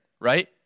right